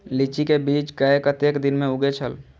लीची के बीज कै कतेक दिन में उगे छल?